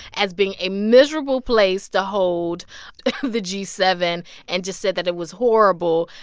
as being a miserable place to hold the g seven and just said that it was horrible.